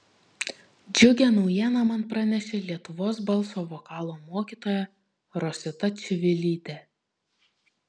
džiugią naujieną man pranešė lietuvos balso vokalo mokytoja rosita čivilytė